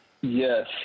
Yes